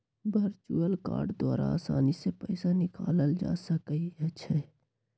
virtual card द्वारा असानी से पइसा निकालल जा सकइ छै